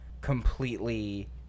completely